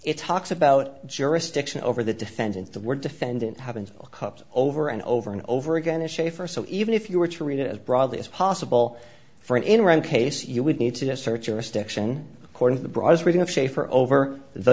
it talks about jurisdiction over the defendant the word defendant happens a couple over and over and over again in shafer so even if you were to read it as broadly as possible for an enron case you would need to search your stiction according to the broadest reading of schaefer over the